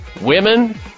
women